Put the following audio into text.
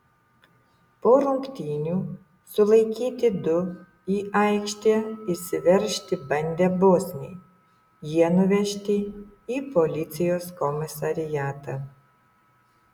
po rungtynių sulaikyti du į aikštę išsiveržti bandę bosniai jie nuvežti į policijos komisariatą